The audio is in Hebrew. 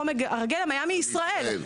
חומר הגלם היה מישראל,